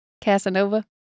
Casanova